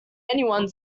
anyone